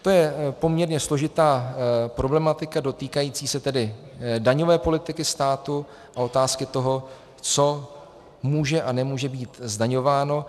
To je poměrně složitá problematika dotýkající se tedy daňové politiky státu a otázky toho, co může a nemůže být zdaňováno.